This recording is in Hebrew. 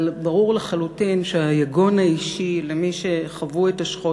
אבל ברור לחלוטין שהיגון האישי של מי שחוו את השכול